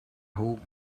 hope